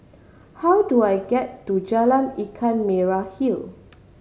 how do I get to Jalan Ikan Merah Hill